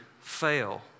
fail